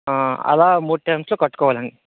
అలా మూడు టర్మ్స్లో కట్టుకోవాలి